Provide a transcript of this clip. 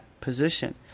position